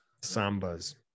Sambas